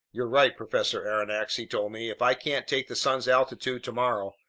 you're right, professor aronnax, he told me. if i can't take the sun's altitude tomorrow,